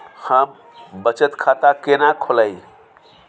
हम बचत खाता केना खोलइयै?